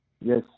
Yes